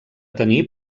tenir